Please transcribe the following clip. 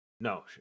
no